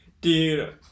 Dude